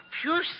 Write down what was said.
pure